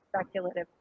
speculative